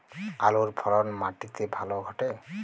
আলুর ফলন মাটি তে ভালো ঘটে?